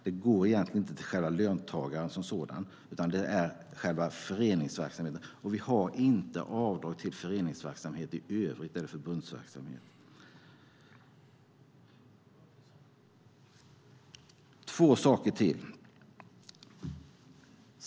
Det går egentligen inte till själva löntagaren som sådan utan till föreningsverksamheten, och vi har inte avdrag för föreningsverksamhet eller förbundsverksamhet i övrigt. Jag ska ta upp två saker till.